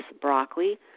broccoli